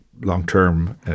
long-term